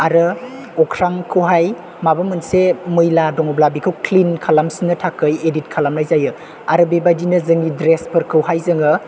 आरो अख्रांखौहाय माबा मोनसे मैला दङब्ला बेखौ क्लिन खालामसिननो थाखाय इदित खालामनाय जायो आरो बेबायदिनो जोंनि द्रेसफोरखौहाय जोङो